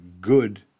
good